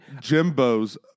jimbo's